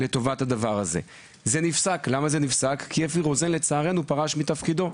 לצערי זה נפסק כי אפי רוזן פרש מתפקידו.